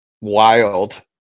wild